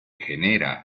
genera